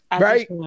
Right